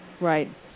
Right